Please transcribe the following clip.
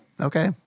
Okay